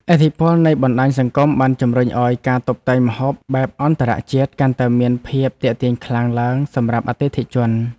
ឥទ្ធិពលនៃបណ្តាញសង្គមបានជំរុញឱ្យការតុបតែងម្ហូបបែបអន្តរជាតិកាន់តែមានភាពទាក់ទាញខ្លាំងឡើងសម្រាប់អតិថិជន។